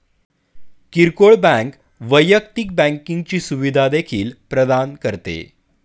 किरकोळ बँक वैयक्तिक बँकिंगची सुविधा देखील प्रदान करते